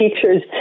teachers